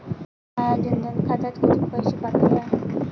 माया जनधन खात्यात कितीक पैसे बाकी हाय?